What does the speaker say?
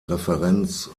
referenz